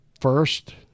first